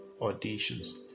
Auditions